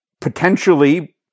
potentially